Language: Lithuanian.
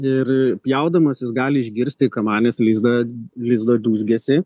ir pjaudamas jis gali išgirsti kamanės lizdą lizdo dūzgesį